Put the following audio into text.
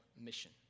mission